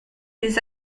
les